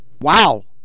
wow